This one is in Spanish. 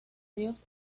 dios